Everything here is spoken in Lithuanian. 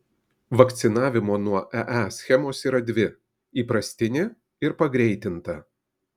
vakcinavimo nuo ee schemos yra dvi įprastinė ir pagreitinta